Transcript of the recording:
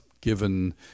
given